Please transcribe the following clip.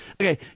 Okay